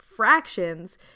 fractions